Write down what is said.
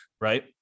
right